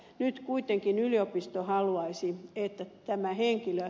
nyt kuitenkin yliopisto haluaisi että tämä henkilö